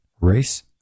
race